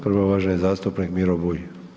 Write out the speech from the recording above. Prva uvaženi zastupnik Miro Bulj.